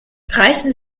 reißen